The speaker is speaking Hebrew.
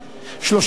35 בעד,